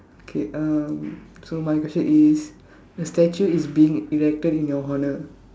okay um so my question is a statue is being erected in your honour